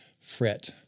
fret